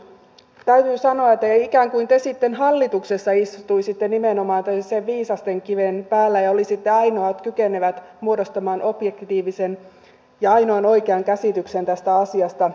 täytyy sanoa että ikään kuin te sitten hallituksessa istuisitte nimenomaan tällaisen viisasten kiven päällä ja olisitte ainoat kykenevät muodostamaan objektiivisen ja ainoan oikean käsityksen tästä asiasta